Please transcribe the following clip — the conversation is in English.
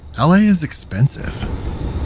ah la is expensive